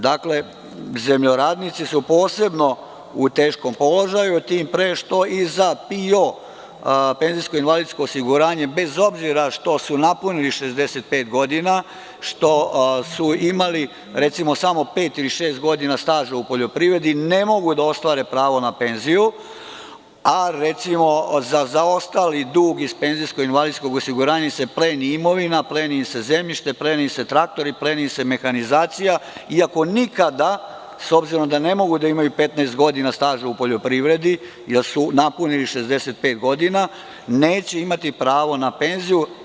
Dakle, zemljoradnici su posebno u teškom položaju, tim pre što i za PIO, bez obzira što su napunili 65 godina, što su imali recimo samo pet ili šest godina staža u poljoprivredi, ne mogu da ostvare pravo na penziju, a recimo za zaostali dug iz PIO se pleni imovina, pleni im se zemljište, traktori, mehanizacija, iako nikada, s obzirom da ne mogu da imaju 15 godina staža u poljoprivredi jer su napunili 65 godina, neće imati pravo na penziju.